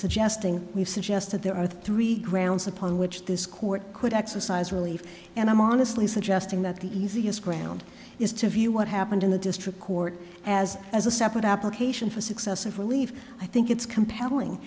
suggesting we suggest that there are three grounds upon which this court could exercise relief and i'm honestly suggesting that the easiest ground is to view what happened in the district court as as a separate application for success if we leave i think it's compelling